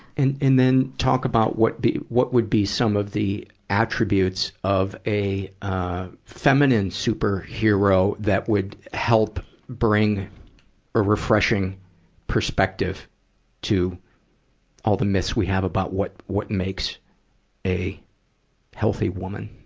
and, and then, talk about what the, what would be some of the attributes of a, ah, feminine superhero that would help bring a refreshing perspective to all the myths we have about what, what makes a healthy woman.